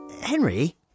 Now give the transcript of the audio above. Henry